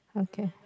okay